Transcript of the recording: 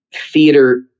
theater